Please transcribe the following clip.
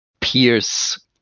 pierce